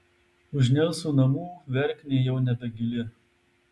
už nelsų namų verknė jau nebegili